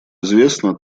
известно